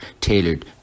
tailored